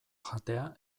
jatea